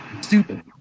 stupid